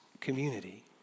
community